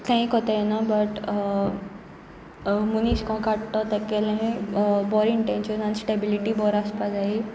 तेंय कोतायना बट मनीस को काडटा तेगेलें बरी इन टेंन्शन आनी स्टेबिलिटी बरो आसपा जायी